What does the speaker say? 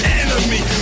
enemy